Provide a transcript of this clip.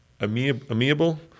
amiable –